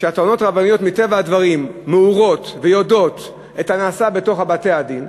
שהטוענות הרבניות מטבע הדברים מעורות ויודעות את הנעשה בתוך בתי-הדין.